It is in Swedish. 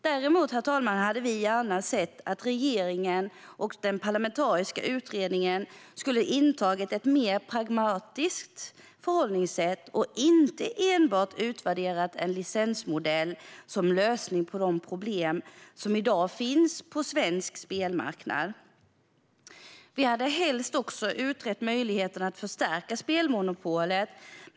Däremot hade vi gärna sett att regeringen och den parlamentariska utredningen skulle ha intagit ett mer pragmatiskt förhållningssätt och inte enbart utvärderat en licensmodell som lösning på de problem som i dag finns på svensk spelmarknad. Vi hade helst också utrett möjligheterna att förstärka spelmonopolet.